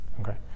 Okay